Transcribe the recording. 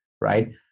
right